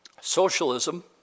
socialism